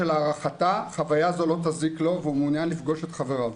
שלהערכתה חוויה זו לא תזיק לו והוא מעוניין לפגוש את חבריו.